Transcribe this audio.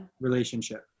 relationship